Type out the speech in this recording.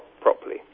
properly